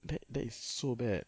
that that is so bad